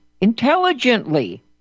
intelligently